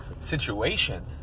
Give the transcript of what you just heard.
situation